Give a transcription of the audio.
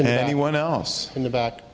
anyone else in the ba